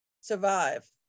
survive